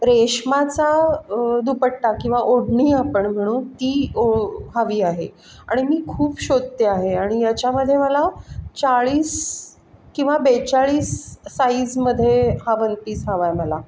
रेशमाचा दुपट्टा किंवा ओढणी आपण म्हणू ती हवी आहे आणि मी खूप शोधते आहे आणि याच्यामध्ये मला चाळीस किंवा बेचाळीस साईजमध्ये हा वन पीस हवा आहे मला